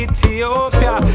Ethiopia